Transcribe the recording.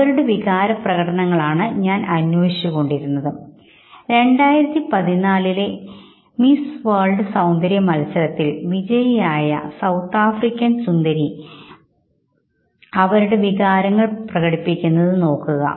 അവരുടെ വികാരപ്രകടനങ്ങൾ ആണ് ഞാൻ അന്വേഷിച്ചത് 2014 ലെ മിസ് വേൾഡ് സൌന്ദര്യമത്സരത്തിൽ വിജയിയായ സൌത്താഫ്രിക്കൻ സുന്ദരി വിജയിയായി പ്രഖ്യാപിച്ചപ്പോൾ അവരുടെ വികാരങ്ങൾ പ്രകടിപ്പിക്കുന്നത് നോക്കുക